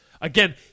again